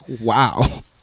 Wow